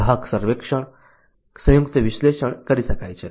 ગ્રાહક સર્વેક્ષણ સંયુક્ત વિશ્લેષણ કરી શકાય છે